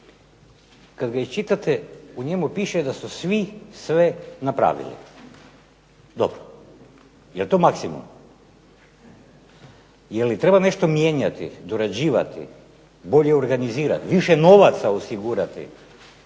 kad ga čitate u njemu piše da su svi sve napravili. Dobro. Je li to maksimum? Je li treba nešto mijenjati, dorađivati, bolje organizirati, više novaca osigurati?